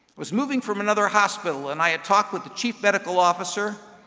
was moving from another hospital, and i had talked with the chief medical officer,